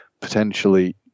potentially